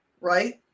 right